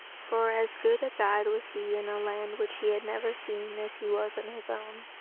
for as good a guide was he in a land which he had never seen as he was in his own.